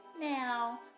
Now